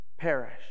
Perish